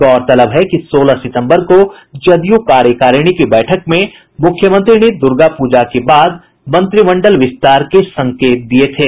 गौरतलब है कि सोलह सितम्बर को जदयू कार्यकारिणी की बैठक में मुख्यमंत्री ने दुर्गा पूजा के बाद मंत्रिमंडल विस्तार के संकेत दिये थे